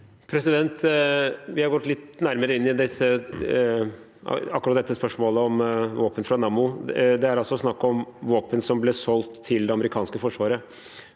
Vi har gått litt nærmere inn i akkurat dette spørsmålet om våpen fra Nammo. Det er altså snakk om våpen som ble solgt til det amerikanske forsvaret,